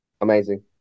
Amazing